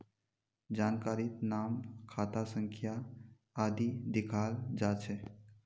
जानकारीत नाम खाता संख्या आदि दियाल जा छेक